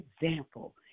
example